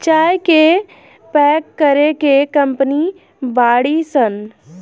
चाय के पैक करे के कंपनी बाड़ी सन